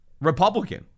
Republican